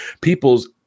people's